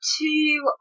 two